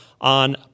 on